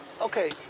Okay